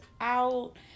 out